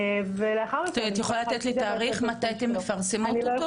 ולאחר מכן --- את יכולה לתת לי תאריך מתי אתן מפרסמות אותו?